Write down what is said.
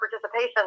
participation